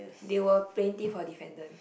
they were plenty for defendant